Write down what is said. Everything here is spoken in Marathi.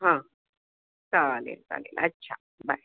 हां चालेल चालेल अच्छा बाय